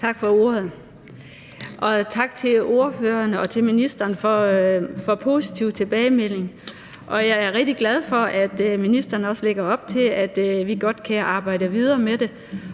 Tak for ordet, og tak til ordførerne og til ministeren for en positiv tilbagemelding. Jeg er rigtig glad for, at ministeren også lægger op til, at vi godt kan arbejde videre med det,